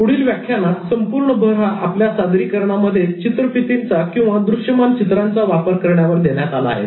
पुढील व्याख्यानात संपूर्ण भर हा आपल्या सादरीकरणामध्ये चित्रफितींचादृश्यमान चित्रे वापर करण्यावर देण्यात आला आहे